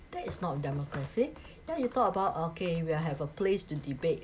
that is not a democracy then you talk about okay we'll have a place to debate